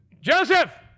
Joseph